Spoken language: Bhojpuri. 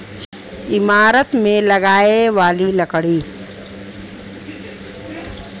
ईमारत मे लगाए वाली लकड़ी